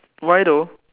why though